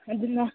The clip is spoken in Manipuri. ꯑꯗꯨꯅ